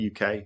UK